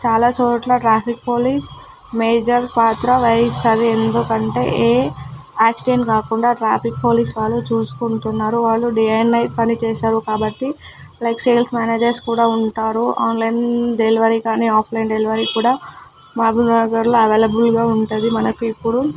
చాలా చోట్ల traffic police major పాత్ర వహిస్తుంది ఎందుకంటే ఏ యాక్సిడెంట్ కాకుండా ట్రాఫిక్ పోలీస్ వాళ్ళు చూసుకుంటున్నారు వాళ్ళు డే అండ్ నైట్ పని చేస్తారు కాబట్టి లైక్ సేల్స్ మ్యానేజర్స్ కూడా ఉంటారు ఆన్లైన్ డెలివరీ కానీ ఆఫ్లైన్ డెలివరీ కూడా మహబూబ్నగర్లో అవైలబుల్గా ఉంటుంది మనకు ఇప్పుడు